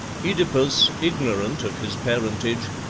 oedipus, ignorant of his parentage,